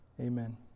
Amen